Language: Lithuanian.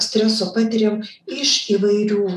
streso patiriam iš įvairių